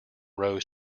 rose